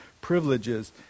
privileges